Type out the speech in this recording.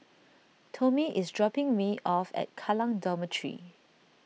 Tomie is dropping me off at Kallang Dormitory